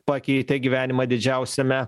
pakeitė gyvenimą didžiausiame